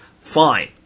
fine